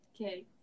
okay